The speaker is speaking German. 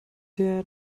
der